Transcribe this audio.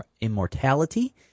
immortality